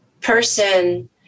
person